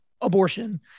abortion